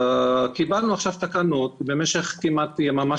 קיבלנו עכשיו תקנות במשך כמעט יממה